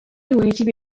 واجبي